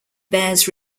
bears